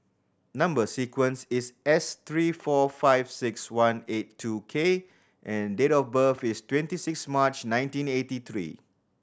number sequence is S three four five six one eight two K and date of birth is twenty six March nineteen eighty three